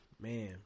Man